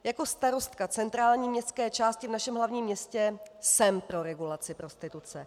Jako starostka centrální městské části v našem hlavním městě jsem pro regulaci prostituce.